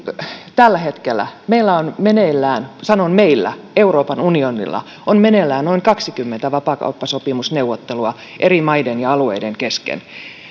tällä hetkellä meillä on meneillään sanon meillä euroopan unionilla noin kaksikymmentä vapaakauppasopimusneuvottelua eri maiden ja alueiden kesken